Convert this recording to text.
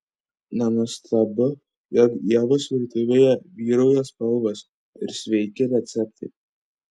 nenuostabu jog ievos virtuvėje vyrauja spalvos ir sveiki receptai